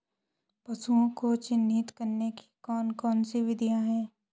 पशुओं को चिन्हित करने की कौन कौन सी विधियां हैं?